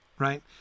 Right